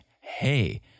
hey